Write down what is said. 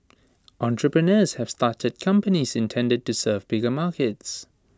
entrepreneurs have started companies intended to serve bigger markets